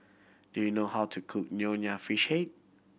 do you know how to cook Nonya Fish Head